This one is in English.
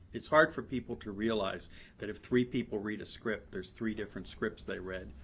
it's hard for people to realize that if three people read a script there are three different scripts they read,